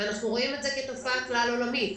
ואנחנו רואים את זה כתופעה כלל עולמית.